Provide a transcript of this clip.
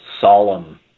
solemn